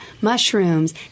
Mushrooms